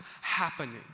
happening